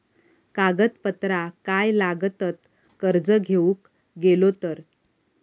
कागदपत्रा काय लागतत कर्ज घेऊक गेलो तर?